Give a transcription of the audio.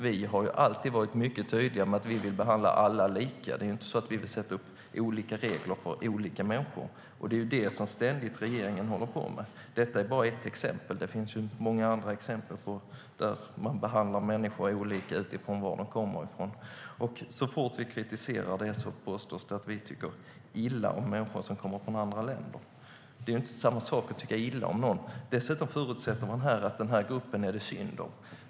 Vi har alltid varit mycket tydliga med att vi vill behandla alla lika. Vi vill inte sätta upp olika regler för olika människor, som regeringen ständigt håller på med. Detta är bara ett exempel. Det finns många andra exempel på hur man behandlar människor olika utifrån var de kommer ifrån. Så fort vi kritiserar detta påstås det att vi tycker illa om människor som kommer från andra länder, men att kritisera är inte samma sak som att tycka illa om någon. Man förutsätter dessutom att det är synd om denna grupp.